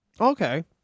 Okay